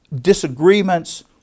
disagreements